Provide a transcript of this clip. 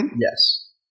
Yes